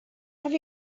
have